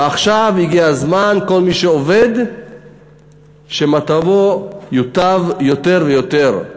ועכשיו הגיע הזמן שכל מי שעובד מצבו יוטב יותר ויותר.